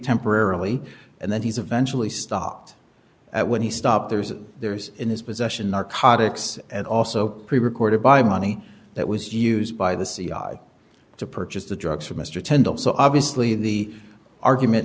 temporarily and then he's eventually stopped that when he stopped there's there's in his possession narcotics and also prerecorded by money that was used by the c i to purchase the drugs for mr tendo so obviously the argument